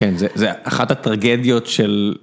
כן, זה... זו אחת הטרגדיות של...